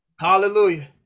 Hallelujah